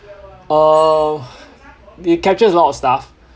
uh they captures a lot of stuff